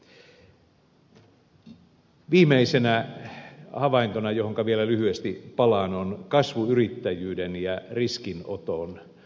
viimeisenä havaintona johonka vielä lyhyesti palaan on kasvuyrittäjyyden ja riskinoton lisääminen